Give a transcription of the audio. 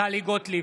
טלי גוטליב,